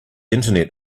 internet